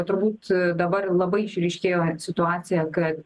turbūt dabar labai išryškėjo situacija kad